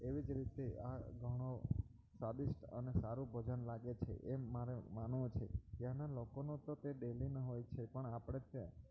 એવી જ રીતે આ ઘણો સ્વાદિષ્ટ અને સારું ભોજન લાગે છે એમ મારે માનવો છે ત્યાંના લોકોનો તો ડેલીનો હોય છે પણ આપણે ત્યાં